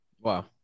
Wow